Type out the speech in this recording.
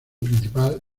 principal